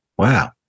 Wow